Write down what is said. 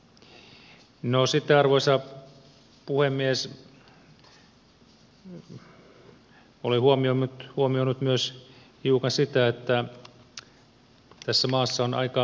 no sitten arvoisa puhemies olen huomioinut hiukan myös sitä että tässä maassa on aika